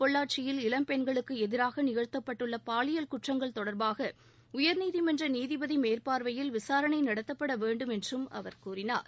பொள்ளாச்சியில் இளம்பெண்களுக்கு எதிராக நிகழ்த்தப்பட்டுள்ள பாலியல் குற்றங்கள் தொடர்பாக உயர்நீதிமன்ற நீதிபதி மேற்பார்வையில் விசாரணை நடத்தப்பட வேண்டும் என்றும் அவர் கூறினார்